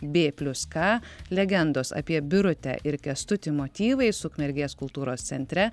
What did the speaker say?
bė plius ka legendos apie birutę ir kęstutį motyvais ukmergės kultūros centre